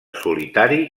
solitari